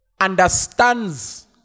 understands